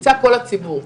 נמצא כל הציבור.